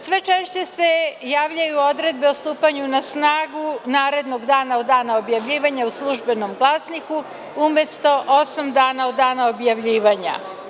Sve češće se javljaju odredbe o stupanju na snagu narednog dana od dana objavljivanja u „Službenom glasniku“ umesto osam dana od dana objavljivanja.